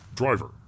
Driver